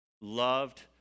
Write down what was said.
loved